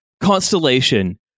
constellation